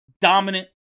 Dominant